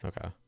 okay